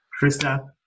Krista